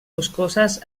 boscoses